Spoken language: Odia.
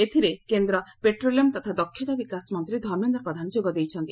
ଏଥିରେ କେନ୍ଦ୍ର ପେଟ୍ରୋଲିୟମ୍ ତଥା ଦକ୍ଷତା ବିକାଶ ମନ୍ତୀ ଧର୍ମେନ୍ଦ ପ୍ରଧାନ ଯୋଗ ଦେଇଥିଲେ